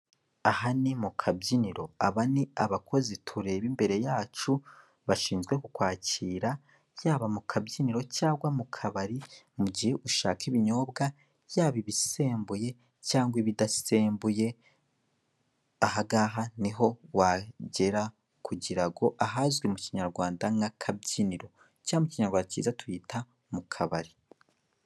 Aha ni mu kabyiniro, aba ni abakozi tureba imbere yacu bashinzwe ku kwakira byaba mu kabyiniro cyangwa mu kabari mu gihe ushaka ibinyobwa byaba ibisembuye cyangwa ibidasembuye, aha ngaha niho wagera kugira ngo ahazwi mu kinyarwanda nk'akabyiniro cyangwa mu kinyayarwanda cyiza tuhita mu kabari.